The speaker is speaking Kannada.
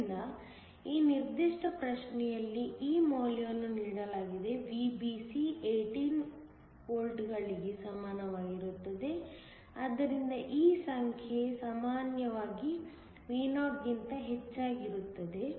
ಆದ್ದರಿಂದ ಈ ನಿರ್ದಿಷ್ಟ ಪ್ರಶ್ನೆ ಯಲ್ಲಿ ಈ ಮೌಲ್ಯವನ್ನು ನೀಡಲಾಗಿದೆ VBC 18 ವೋಲ್ಟ್ಗಳಿಗೆ ಸಮಾನವಾಗಿರುತ್ತದೆ ಆದ್ದರಿಂದ ಈ ಸಂಖ್ಯೆಯು ಸಾಮಾನ್ಯವಾಗಿ Vo ಗಿಂತ ಹೆಚ್ಚಾಗಿರುತ್ತದೆ